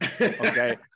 Okay